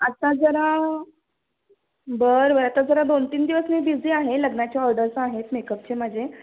आता जरा बरं बरं आता जरा दोन तीन दिवस मी बिझी आहे लग्नाच्या ऑर्डर्स आहेत मेकअपचे माझे